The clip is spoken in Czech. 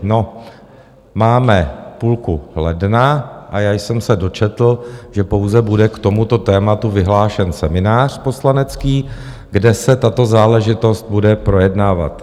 No, máme půlku ledna a já jsem dočetl, že pouze bude k tomuto tématu vyhlášen seminář poslanecký, kde se tato záležitost bude projednávat.